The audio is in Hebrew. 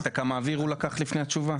ראית כמה אוויר הוא לקח לפני התשובה?